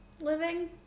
living